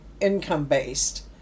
income-based